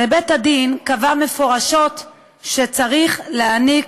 הרי בית הדין קבע מפורשות שצריך להעניק